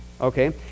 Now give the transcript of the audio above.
okay